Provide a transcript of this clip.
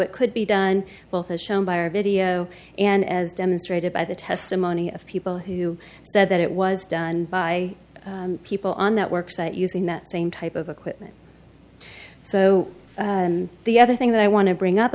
it could be done both as shown by our video and as demonstrated by the testimony of people who said that it was done by people on network site using that same type of equipment so the other thing that i want to bring up